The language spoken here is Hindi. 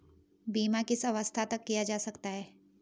बीमा किस अवस्था तक किया जा सकता है?